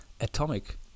atomic